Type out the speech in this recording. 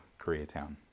Koreatown